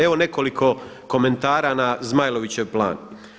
Evo nekoliko komentara na Zmajlovićev plan.